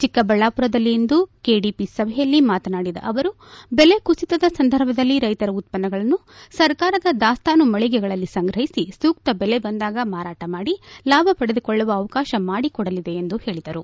ಚಿಕ್ಕಬಳ್ಳಾಪುರದಲ್ಲಿ ಇಂದು ಕೆಡಿಪಿ ಸಭೆಯಲ್ಲಿ ಮತನಾಡಿದ ಅವರು ಬೆಲೆ ಕುಸಿತದ ಸಂದರ್ಭದಲ್ಲಿ ರೈತರ ಉತ್ಪನ್ನಗಳನ್ನು ಸರ್ಕಾರದ ದಾಸ್ತಾನು ಮಳಿಗೆಗಳಲ್ಲಿ ಸಂಗ್ರಹಿಸಿ ಸೂಕ್ತ ಬೆಲೆ ಬಂದಾಗ ಮಾರಾಟ ಮಾಡಿ ಲಾಭ ಪಡೆದುಕೊಳ್ಳುವ ಅವಕಾಶ ಮಾಡಿಕೊಡಲಿದೆ ಎಂದು ಹೇಳಿದರು